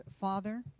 Father